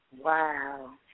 Wow